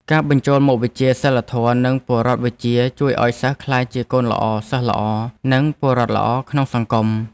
ការបញ្ចូលមុខវិជ្ជាសីលធម៌និងពលរដ្ឋវិជ្ជាជួយឱ្យសិស្សក្លាយជាកូនល្អ សិស្សល្អ និងពលរដ្ឋល្អក្នុងសង្គម។